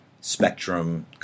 spectrum